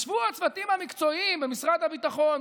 ישבו הצוותים המקצועיים במשרד הביטחון,